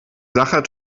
sacher